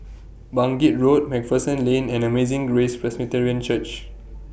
Bangkit Road MacPherson Lane and Amazing Grace Presbyterian Church